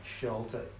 shelter